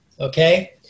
okay